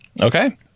okay